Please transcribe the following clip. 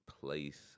place